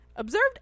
Observed